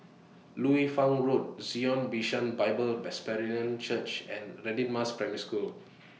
Liu Fang Road Zion Bishan Bible Presbyterian Church and Radin Mas Primary School